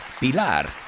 Pilar